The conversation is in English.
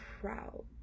proud